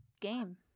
game